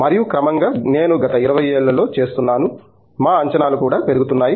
మరియు క్రమంగా నేను గత 20 ఏళ్ళలో చూస్తున్నాను మా అంచనాలు కూడా పెరుగుతున్నాయి